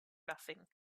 nothing